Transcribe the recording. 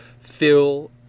fill